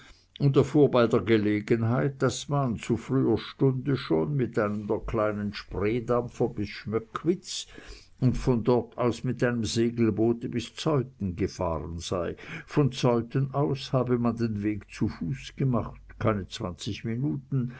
und erfuhr bei der gelegenheit daß man zu früher stunde schon mit einem der kleineren spreedampfer bis schmöckwitz und von dort aus mit einem segelboote bis zeuthen gefahren sei von zeuthen aus habe man den weg zu fuß gemacht keine zwanzig minuten